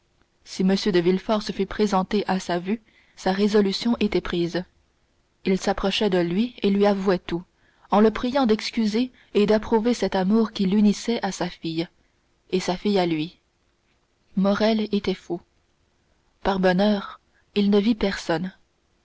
si m de villefort se fût présenté à sa vue sa résolution était prise il s'approchait de lui et lui avouait tout en le priant d'excuser et d'approuver cet amour qui l'unissait à sa fille et sa fille à lui morrel était fou par bonheur il ne vit personne